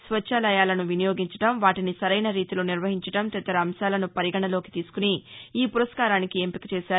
స్వచ్చాలయాలను వినియోగించటం వాటీని సరైన రీతిలో నిర్వహించటం తదితర అంశాలను పరిగణనలోకి తీసుకుని ఈ పురస్కారానికి ఎంపిక చేశారు